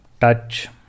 touch